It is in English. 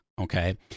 okay